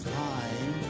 time